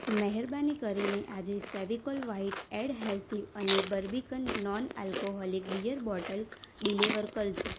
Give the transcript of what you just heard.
મહેરબાની કરી ને આજે ફેવિકોલ વ્હાઈટ એડહેસિવ અને Barbican non alcoholic beer bottle deliver કરજો